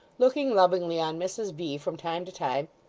looking lovingly on mrs v, from time to time,